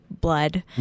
blood